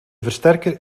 versterker